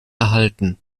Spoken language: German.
erhalten